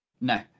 No